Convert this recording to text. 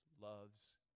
loves